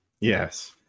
Yes